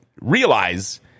realize